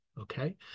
Okay